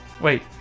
Wait